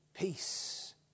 peace